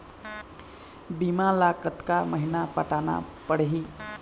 बीमा ला कतका महीना पटाना पड़ही?